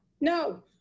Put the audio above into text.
No